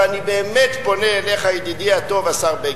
ואני באמת פונה אליך, ידידי הטוב, השר בגין.